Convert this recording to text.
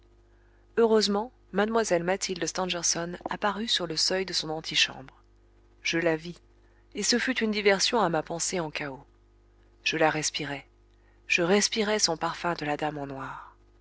heureusement mlle mathilde stangerson apparut sur le seuil de son antichambre je la vis et ce fut une diversion à ma pensée en chaos je la respirai je respirai son parfum de la dame en noir